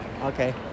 Okay